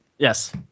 Yes